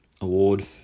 award